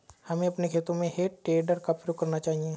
हमें अपने खेतों में हे टेडर का प्रयोग करना चाहिए